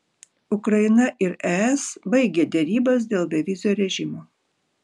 ukraina ir es baigė derybas dėl bevizio režimo